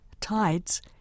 tides